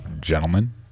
Gentlemen